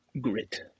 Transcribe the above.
grit